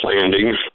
landings